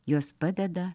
jos padeda